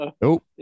Nope